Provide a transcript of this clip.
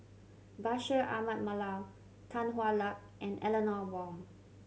Bashir Ahmad Mallal Tan Hwa Luck and Eleanor Wong